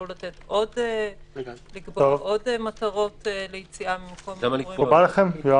או לקבוע עוד מטרות ליציאה ממקום מגורים.